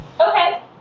Okay